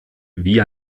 wie